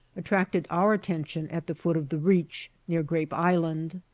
attracted our attention at the foot of the reach, near grape island.